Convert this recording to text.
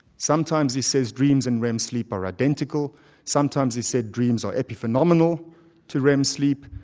sometimes he says dreams and rem sleep are identical sometimes he said dreams are epiphenomenal to rem sleep,